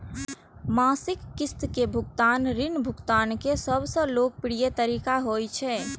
मासिक किस्त के भुगतान ऋण भुगतान के सबसं लोकप्रिय तरीका होइ छै